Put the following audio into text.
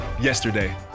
yesterday